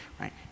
right